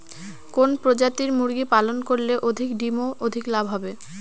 কোন প্রজাতির মুরগি পালন করলে অধিক ডিম ও অধিক লাভ হবে?